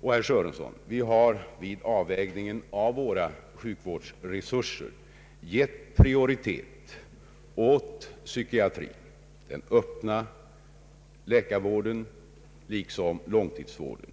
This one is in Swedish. Och, herr Sörenson, vi har vid avvägningen av våra sjukvårdsresurser gett prioritering åt psykiatrin — liksom den öppna läkarvården och långtidsvården.